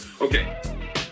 Okay